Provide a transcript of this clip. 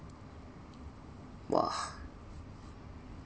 !wah!